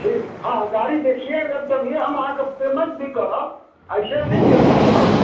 ठीक हँ गाड़ी देखिये लेब तभिये हम आहाँके पेमेन्ट भी करब ऐसे नहि पेमेन्ट करब